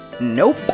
Nope